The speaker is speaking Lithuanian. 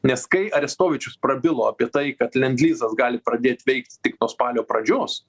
nes kai aristovičius prabilo apie tai kad lendlizas gali pradėt veikt tik nuo spalio pradžios